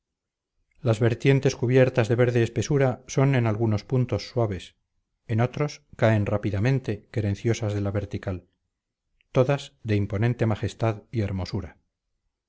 las vertientes cubiertas de verde espesura son en algunos puntos suaves en otros caen rápidamente querenciosas de la vertical todas de imponente majestad y hermosura